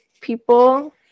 people